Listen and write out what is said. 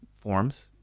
forms